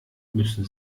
müssen